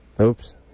Oops